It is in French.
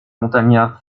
montagnards